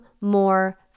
more